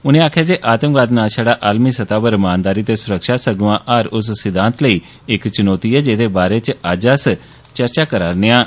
उनें आक्खेआ जे आतंकवाद नां छड़ा आलमी स्तह उप्पर रमानदारी ते सुरक्षा सगुआं हर उस सिद्दान्त लेई चुनौती ऐ जेदे बारै च अज्ज अस चर्चा करा'रदे आं